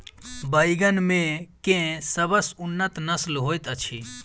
बैंगन मे केँ सबसँ उन्नत नस्ल होइत अछि?